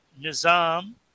Nizam